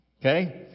Okay